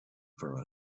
for